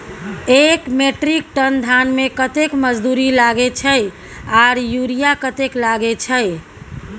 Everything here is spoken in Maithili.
एक मेट्रिक टन धान में कतेक मजदूरी लागे छै आर यूरिया कतेक लागे छै?